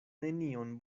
nenion